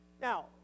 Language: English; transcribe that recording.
Now